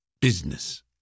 business